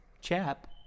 chap